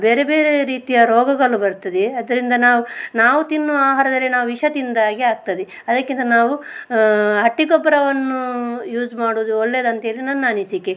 ಬೇರೆ ಬೇರೆ ರೀತಿಯ ರೋಗಗಳು ಬರ್ತದೆ ಅದರಿಂದ ನಾವು ನಾವು ತಿನ್ನುವ ಆಹಾರದಲ್ಲಿ ನಾವು ವಿಷ ತಿಂದ್ಹಾಗೆ ಆಗ್ತದೆ ಅದಕ್ಕಿಂತ ನಾವು ಹಟ್ಟಿ ಗೊಬ್ಬರವನ್ನು ಯೂಸ್ ಮಾಡುವುದು ಒಳ್ಳೇದಂತ್ಹೇಳಿ ನನ್ನ ಅನಿಸಿಕೆ